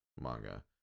manga